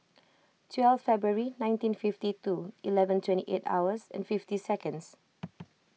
twelve February nineteen fifty two eleven twenty eight hours and fifty seconds